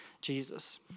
Jesus